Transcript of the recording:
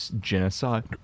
genocide